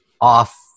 off